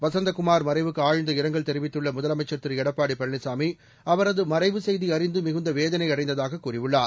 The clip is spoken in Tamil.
வசந்தகுமார் மறைவுக்கு ஆழ்ந்த இரங்கல் தெரிவித்துள்ள முதலமைச்சர் திரு எடப்பாடி பழனிசாமி அவரது மறைவு செய்தி அறிந்து மிகுந்த வேதனை அடைந்ததாக கூறியுள்ளார்